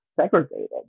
segregated